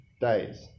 days